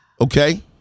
okay